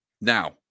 Now